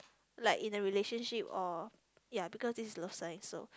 like in a relationship or ya because this is love sign so